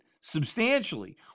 substantially